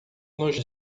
nos